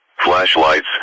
flashlights